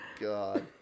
God